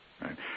right